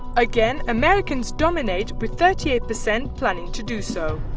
again americans dominate with thirty eight percent planning to do so.